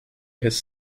his